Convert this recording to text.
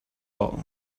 vol